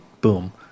boom